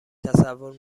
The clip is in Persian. تصور